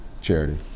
charity